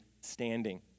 standing